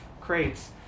crates